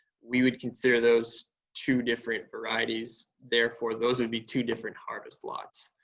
we would consider those two different varieties, therefore, those would be two different harvest lots.